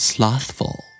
Slothful